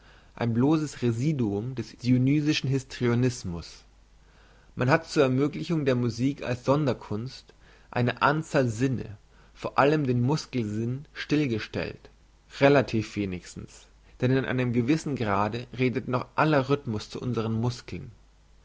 ein blosses residuum des dionysischen histrionismus man hat zur ermöglichung der musik als sonderkunst eine anzahl sinne vor allem den muskelsinn still gestellt relativ wenigstens denn in einem gewissen grade redet noch aller rhythmus zu unsern muskeln